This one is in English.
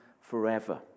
forever